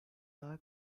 daha